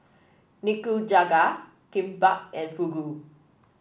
Nikujaga Kimbap and Fugu